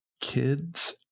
Kids